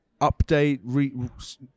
update